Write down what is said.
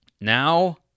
Now